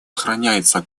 охраняется